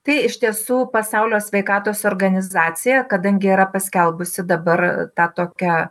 tai iš tiesų pasaulio sveikatos organizacija kadangi yra paskelbusi dabar tą tokią